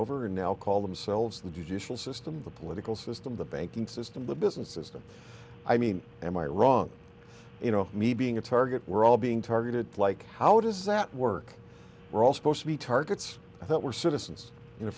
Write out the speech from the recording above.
over and now call themselves the judicial system the political system the banking system the business system i mean am i wrong you know me being a target we're all being targeted like how does that work we're all supposed to be targets that were citizens in a